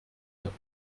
herum